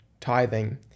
tithing